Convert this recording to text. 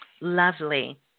lovely